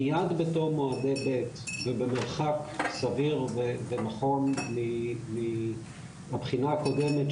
מייד בתום מועדי ב' ובמרחק סביר ונכון מהבחינה הקודמת,